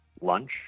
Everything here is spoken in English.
lunch